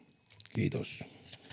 kiitos